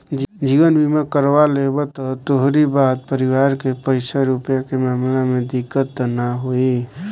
जीवन बीमा करवा लेबअ त तोहरी बाद परिवार के पईसा रूपया के मामला में दिक्कत तअ नाइ होई